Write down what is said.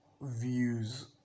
views